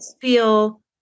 feel